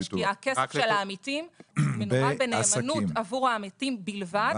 הכסף של העמיתים מנוהל בנאמנות עבור העמיתים בלבד.